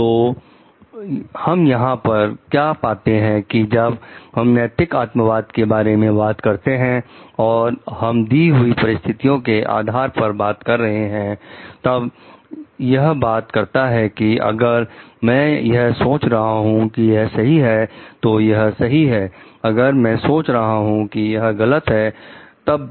तो हम यहां पर क्या पाते हैं कि जब हम नैतिक आत्मवाद के बारे में बात करते हैं और हम दी हुई परिस्थिति के आधार पर बात कर रहे हैं तब यह बात करता है कि अगर मैं यह सोच रहा हूं कि यह सही है तो यह सही है अगर मैं सोच रहा हूं कि यह गलत है तब भी